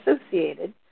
associated